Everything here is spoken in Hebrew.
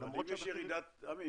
עמי,